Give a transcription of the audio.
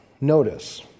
Notice